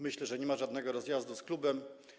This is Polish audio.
Myślę, że nie ma żadnego rozjazdu z klubem.